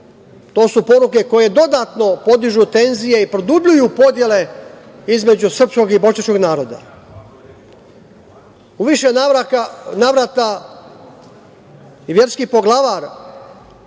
To su poruke koje dodatno podižu tenzije i produbljuju podele između srpskog i bošnjačkog naroda. U više navrata i verski poglavar